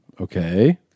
Okay